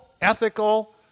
ethical